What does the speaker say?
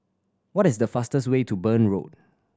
what is the fastest way to Burn Road